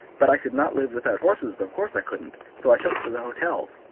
but i could not live without horses, of course i couldn't, so i took to the hotels.